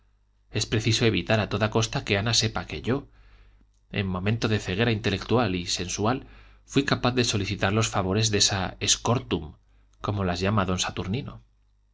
es preciso evitar a toda costa que ana sepa que yo en momento de ceguera intelectual y sensual fuí capaz de solicitar los favores de esa scortum como las llama don saturnino